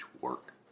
work